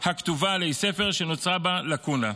הכתובה עלי ספר, שנוצרה בה לקונה.